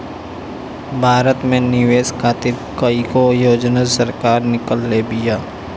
भारत में निवेश खातिर कईगो योजना सरकार निकलले बिया